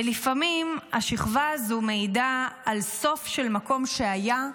ולפעמים השכבה הזו מעידה על סוף של מקום שהיה,